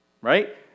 Right